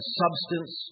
substance